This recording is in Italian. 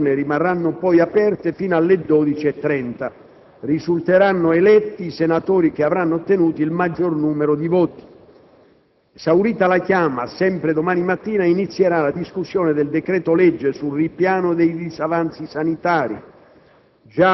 Le urne rimarranno aperte fino alle ore 12,30. Risulteranno eletti i senatori che avranno ottenuto il maggior numero di voti. Esaurita la chiama, sempre domani mattina inizierà la discussione del decreto-legge sul ripiano dei disavanzi sanitari,